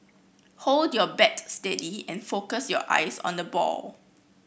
hold your bat steady and focus your eyes on the ball